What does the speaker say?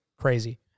Crazy